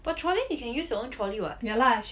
the trolley you can use your own trolley [what]